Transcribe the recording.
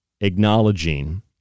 acknowledging